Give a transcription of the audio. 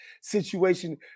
situation